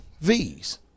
v's